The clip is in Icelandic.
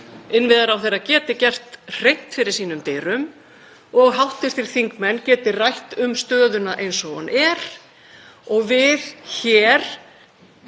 innviðaráðherra geti gert hreint fyrir sínum dyrum og hv. þingmenn geti rætt um stöðuna eins og hún er og við öll